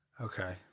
okay